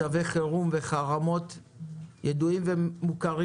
מצבי חירום וחרמות ידועים ומוכרים